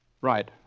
Right